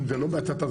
אם לא בהצתה,